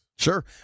Sure